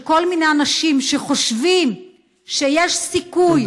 של כל מיני אנשים שחושבים שיש סיכוי,